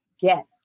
get